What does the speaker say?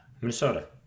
Minnesota